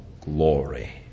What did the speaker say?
glory